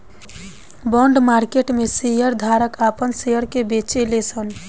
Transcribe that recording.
bond market में share धारक आपन शेयर के बेचेले सन